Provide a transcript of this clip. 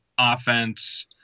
offense